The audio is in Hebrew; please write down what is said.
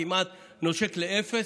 כמעט נושק לאפס.